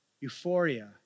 euphoria